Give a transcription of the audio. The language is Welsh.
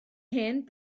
hen